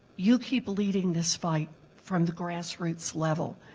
you keep leading this fight from the grassroots level.